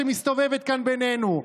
שמסתובבת כאן בינינו,